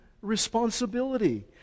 Responsibility